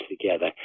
together